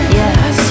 yes